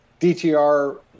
DTR